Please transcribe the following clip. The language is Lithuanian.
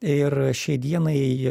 ir šiai dienai